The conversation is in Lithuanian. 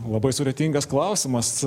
labai sudėtingas klausimas